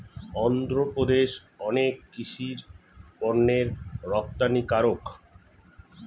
অন্ধ্রপ্রদেশ অনেক কৃষি পণ্যের রপ্তানিকারক